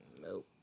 Nope